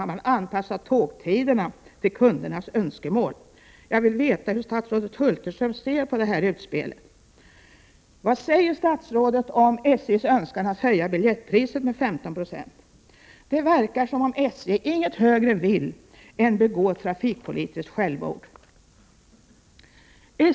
Har man anpassat tågtiderna till kundernas önskemål? Jag vill veta hur statsrådet Hulterström ser på detta utspel. Vad säger statsrådet om SJ:s önskan att höja biljettpriset med 15 96? Det verkar som om SJ inget högre vill än att begå trafikpolitiskt självmord.